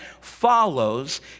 follows